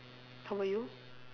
how about you